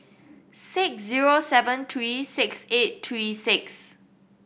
six zero seven three six eight three six